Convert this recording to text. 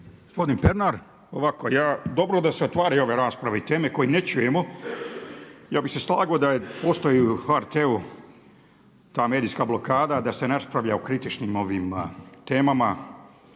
Gospodin Pernar, ovako. Ja, dobro da se otvaraju ove rasprave i teme koje ne čujemo. Ja bih se slagao da postoji i u HRT-u ta medijska blokada, da se ne raspravlja o kritičnim temama.